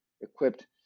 equipped